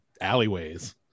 alleyways